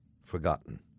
forgotten